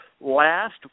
Last